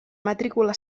matrícula